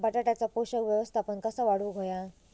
बटाट्याचा पोषक व्यवस्थापन कसा वाढवुक होया?